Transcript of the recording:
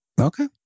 Okay